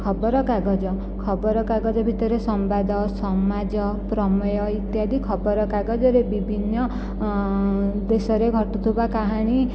ଖବରକାଗଜ ଖବରକାଗଜ ଭିତରେ ସମ୍ବାଦ ସମାଜ ପ୍ରମେୟ ଇତ୍ୟାଦି ଖବରକାଗଜରେ ବିଭିନ୍ନ ଦେଶରେ ଘଟୁଥିବା କାହାଣୀ